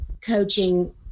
coaching